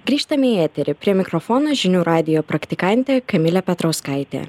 grįžtame į eterį prie mikrofono žinių radijo praktikantė kamilė petrauskaitė